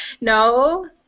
no